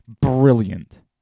brilliant